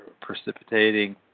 precipitating